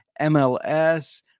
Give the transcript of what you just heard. MLS